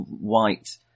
white